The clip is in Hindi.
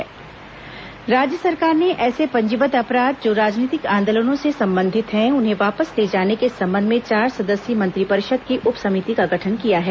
मंत्रिपरिषद उप समिति राज्य सरकार ने ऐसे पंजीबद्ध अपराध जो राजनीतिक आंदोलनों से संबंधित है उन्हें वापस लिए जाने के संबध में चार सदस्यीय मंत्रिपरिषद की उप समिति का गठन किया है